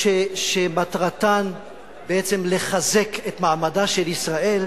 שמטרתן בעצם לחזק את מעמדה של ישראל,